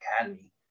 Academy